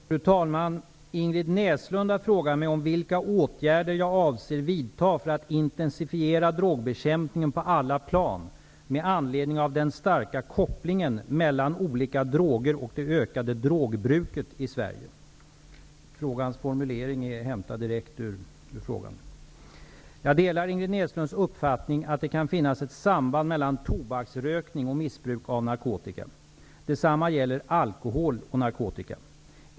Fru talman! Ingrid Näslund har frågat mig om vilka åtgärder jag avser vidta för att intensifiera drogbekämpningen på alla plan med anledning av den starka kopplingen mellan olika droger och det ökade drogbruket i Sverige. Denna formulering är hämtad direkt ur frågan. Jag delar Ingrid Näslunds uppfattning att det kan finnas ett samband mellan tobaksrökning och missbruk av narkotika. Detsamma gäller alkohol och narkotika.